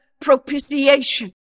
propitiation